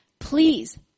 Please